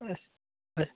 ਅ ਅ